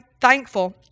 thankful